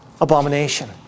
abomination